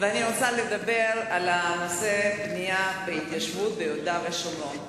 ואני רוצה לדבר על נושא הבנייה בהתיישבות ביהודה ושומרון.